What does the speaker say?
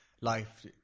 life